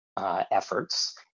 efforts